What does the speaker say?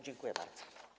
Dziękuję bardzo.